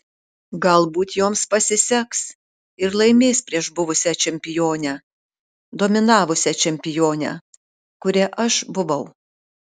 galbūt joms pasiseks ir laimės prieš buvusią čempionę dominavusią čempionę kuria aš buvau